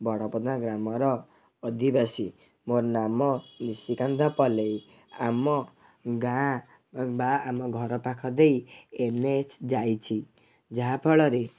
ବଡ଼ପଦା ଗ୍ରାମର ଅଧିବାସୀ ମୋର ନାମ ନିଶିକାନ୍ତ ପଲେଇ ଆମ ଗାଁ ବା ଆମ ଘର ପାଖ ଦେଇ ଏନ୍ ଏଚ୍ ଯାଇଛି ଯାହାଫଳରେ